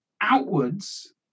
outwards